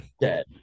Dead